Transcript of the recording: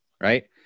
right